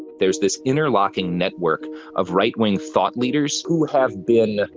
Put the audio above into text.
there's this interlocking network of right wing thought leaders, who have been,